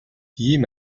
ийм